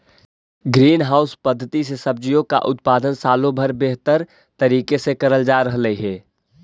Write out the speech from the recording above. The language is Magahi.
ग्रीन हाउस पद्धति से सब्जियों का उत्पादन सालों भर बेहतर तरीके से करल जा रहलई हे